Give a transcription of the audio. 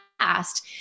past